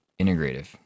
integrative